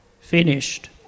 finished